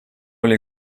oli